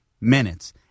minutes